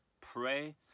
Pray